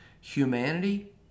humanity